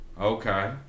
Okay